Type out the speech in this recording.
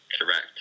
Correct